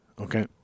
Okay